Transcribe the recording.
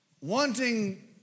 wanting